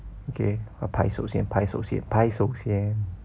okay 我拍手先拍手先拍手先